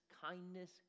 kindness